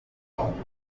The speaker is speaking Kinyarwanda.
rubyagira